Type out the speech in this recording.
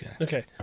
Okay